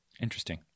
Interesting